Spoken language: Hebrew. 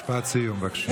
משפט סיום, בבקשה.